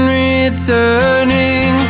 returning